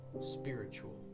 spiritual